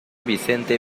vicente